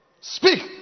Speak